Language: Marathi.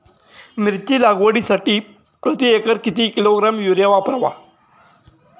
मिरची लागवडीसाठी प्रति एकर किती किलोग्रॅम युरिया वापरावा?